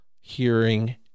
hearing